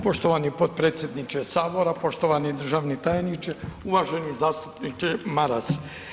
Poštovani potpredsjedniče sabora, poštovani državni tajniče, uvaženi zastupniče Maras.